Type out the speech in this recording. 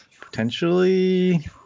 potentially